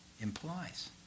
implies